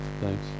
thanks